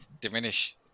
diminish